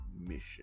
mission